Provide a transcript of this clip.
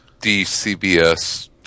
DCBS